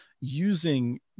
using